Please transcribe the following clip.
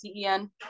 CEN